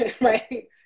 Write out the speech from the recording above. right